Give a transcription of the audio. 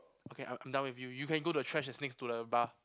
okay I come down with you you can go to the trash that's next to the bar